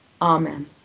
Amen